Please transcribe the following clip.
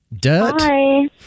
Dirt